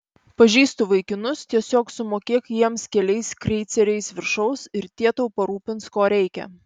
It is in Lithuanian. pažįstu vaikinus tiesiog sumokėk jiems keliais kreiceriais viršaus ir tie tau parūpins ko reikia